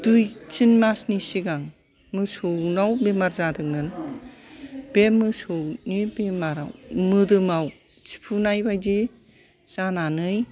दुइ थिन मासनि सिगां मोसौनाव बेमार जादोंमोन बे मोसौनि बेमार आव मोदोमाव थिफुनाय बायदि जानानै